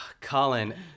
Colin